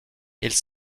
ils